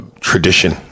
tradition